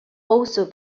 also